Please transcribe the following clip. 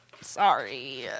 sorry